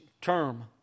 term